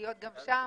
ולהיות גם שם,